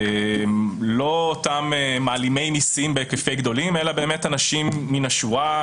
לא אותם מעלימי מיסים בהיקפים גדולים אלא באמת אנשים מן השורה,